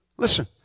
Listen